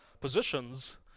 positions